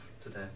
today